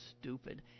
stupid